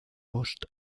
post